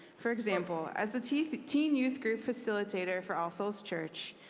for example, as a teen teen youth group facilitate ah for all souls church,